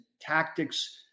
tactics